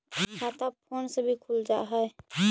खाता फोन से भी खुल जाहै?